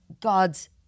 god's